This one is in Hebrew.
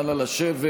בעצם?